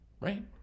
Right